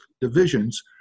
divisions